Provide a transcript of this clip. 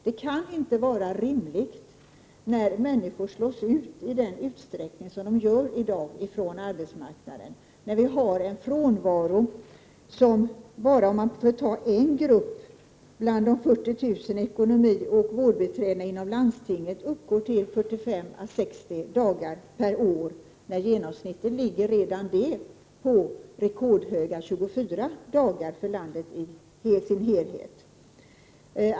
Det kan inte vara rimligt att människor slås ut från arbetsmarknaden i den utsträckning som sker i dag, att vi har en frånvaro — för att bara ta en grupp som exempel — bland de 40 000 ekonomioch vårdbiträdena inom landstingen som uppgår till 45 å 60 dagar per år, och genomsnittet för landet i dess helhet ligger på rekordhöga 24 dagar per år.